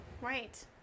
Right